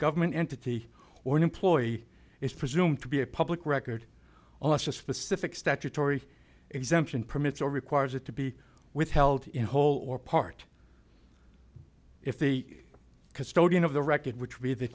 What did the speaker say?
government entity or an employee is presumed to be a public record on a specific statutory exemption permits or requires it to be withheld in whole or part if the custodian of the record which